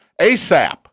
ASAP